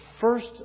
first